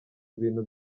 ibintu